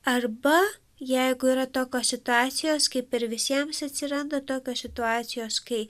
arba jeigu yra tokios situacijos kaip ir visiems atsiranda tokios situacijos kai